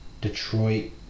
Detroit